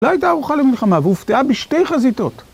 לא הייתה ערוכה למלחמה והופתעה בשתי חזיתות.